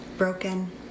Broken